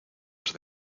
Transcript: has